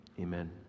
Amen